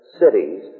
cities